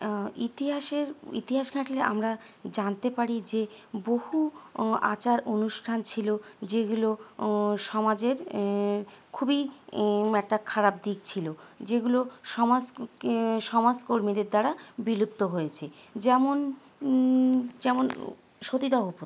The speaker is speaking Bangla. ইতিহাসের ইতিহাস ঘাঁটলে আমরা জানতে পারি যে বহু আচার অনুষ্ঠান ছিলো যেগুলো সমাজের খুবই একটা খারাপ দিক ছিলো যেগুলো সমাজ সমাজকর্মীদের দ্বারা বিলুপ্ত হয়েছে যেমন যেমন সতীদাহ প্রথা